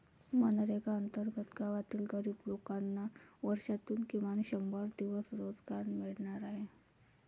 मनरेगा अंतर्गत गावातील गरीब लोकांना वर्षातून किमान शंभर दिवस रोजगार मिळणार आहे